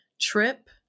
trip